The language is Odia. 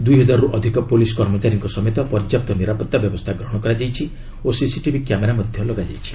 ଦୁଇହଜାରରୁ ଅଧିକ ପୋଲିସ୍ କର୍ମଚାରୀଙ୍କ ସମେତ ପର୍ଯ୍ୟାପ୍ତ ନିରାପତ୍ତା ବ୍ୟବସ୍ଥା ଗ୍ରହଣ କରାଯାଇଛି ଓ ସିସିଟିଭି କ୍ୟାମେରା ଲଗାଯାଇଛି